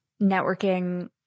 networking